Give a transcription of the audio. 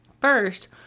first